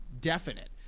Definite